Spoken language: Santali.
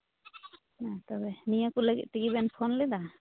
ᱦᱮᱸ ᱛᱚᱵᱮ ᱱᱤᱭᱟᱹ ᱠᱚ ᱞᱟᱹᱜᱤᱫ ᱛᱮᱜᱮ ᱵᱮᱱ ᱯᱷᱳᱱ ᱞᱮᱫᱟ